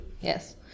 Yes